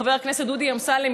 חבר הכנסת דודי אמסלם,